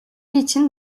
için